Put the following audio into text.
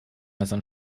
messern